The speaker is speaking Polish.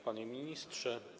Panie Ministrze!